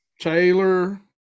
Taylor